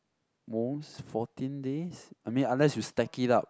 most fourteen days I mean unless you stack it up